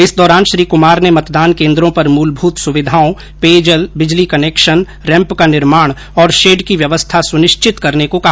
इस दौरान श्री कमार ने मतदान केन्द्रों पर मूलभूत सुविधाओं पेयजल बिजली कनेक्शन रैम्प का निर्माण और शेड की व्यवस्था सुनिश्चित करने को कहा